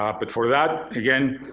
um but for that, again,